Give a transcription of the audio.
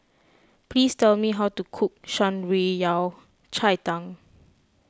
please tell me how to cook Shan Rui Yao Cai Tang